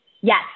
yes